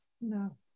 No